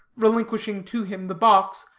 relinquishing to him the box,